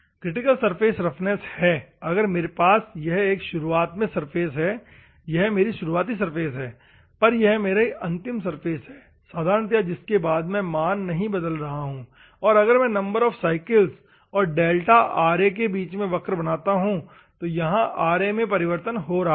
critical surface roughness है अगर मेरे पास यह एक शुरुआत में सरफेस है यह मेरी शुरुआती सरफेस है पर यह मेरी अंतिम सरफेस है साधारणतया जिसके बाद में मान नहीं बदल रहा है और अगर मैं नंबर ऑफ साइकल्स और डेल्टा Ra के बीच में वक्र बनाता हूं तो यहा Ra में परिवर्तन हो रहा है